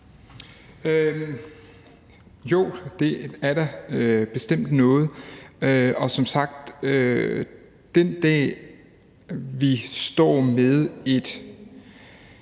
Jo, det er da bestemt noget, og som sagt: Den dag vi står med et